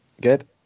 Good